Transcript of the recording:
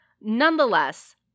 Nonetheless